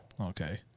Okay